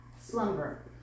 slumber